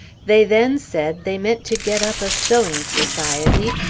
they then said, they meant to get up a sewing society,